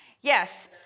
Yes